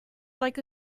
like